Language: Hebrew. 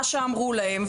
מה שאמרו להם,